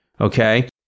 okay